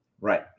Right